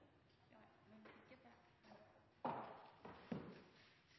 Ja, jeg mener